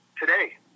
today